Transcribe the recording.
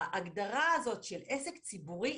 ההגדרה הזו של עסק ציבורי,